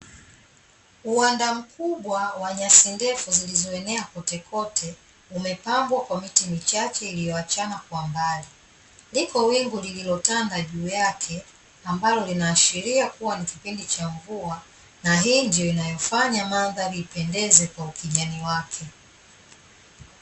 Uwanda mkubwa wa nyasi ndefu zilizoenea kote kote umepambwa kwa miti michache iliyoachana kwa mbali. Liko wingu lililotanda juu yake, ambalo linaashiria kuwa ni kipindi cha mvua na hii ndiyo inayofanya mandhari ipendeze kwa ukijani wake.